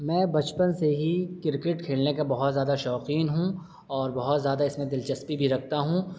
میں بچپن سے ہی کرکٹ کھیلنے کا بہت زیادہ شوقین ہوں اور بہت زیادہ اس میں دلچسپی بھی رکھتا ہوں